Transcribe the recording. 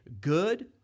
good